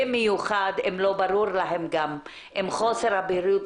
במיוחד אם לא ברור להם גם אם חוסר הבהירות